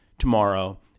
tomorrow